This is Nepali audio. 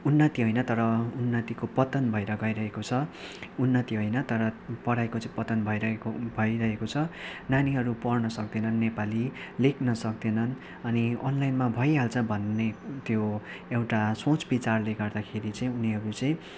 उन्नति होइन तर उन्नतिको पतन भएर गइरहेको छ उन्नति होइन तर पढाइको चाहिँ पतन भइरहेको पाइरहेको छ नानीहरू पढ्न सक्दैनन् नेपाली लेख्न सक्दैनन् अनि अनलाइनमा भइहाल्छ भन्ने त्यो एउटा सोच बिचारले गर्दाखेरि चाहिँ उनीहरू चाहिँ